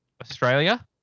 Australia